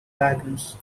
wagons